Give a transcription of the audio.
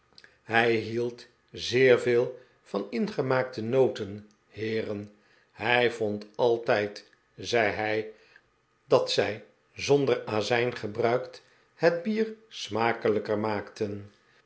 hij hield zeer veel van ingemaakte noten heeren hij vond altijd zei hij dat zij zonder azijn gebruikt het bier smakelijker maakten